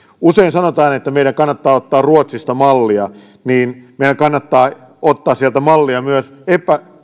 usein sanotaan että meidän kannattaa ottaa ruotsista mallia niin meidän kannattaa ottaa sieltä mallia myös